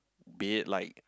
be it like